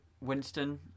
Winston